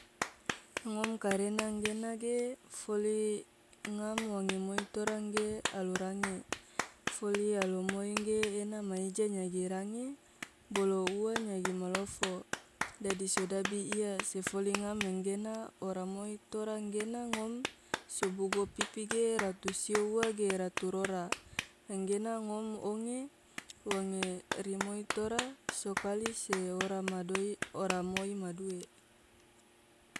ngom karena enggena ge foli ngam wange moi tora enge alu range, foli alumoi ge ena ma ija nyagi range bolo ua nyagi malofo, dadi sodabi iya se foli ngam engena ora moi tora engena ngom so bugo pipi ge ratu sio ua ge ratu rora, engena ngom onge wange rimoi tora so kali se ora ma doii ora moi ma due.